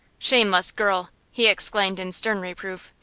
shameless girl! he exclaimed, in stern reproof.